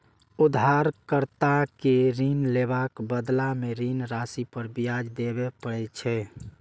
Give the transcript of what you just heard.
उधारकर्ता कें ऋण लेबाक बदला मे ऋण राशि पर ब्याज देबय पड़ै छै